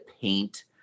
paint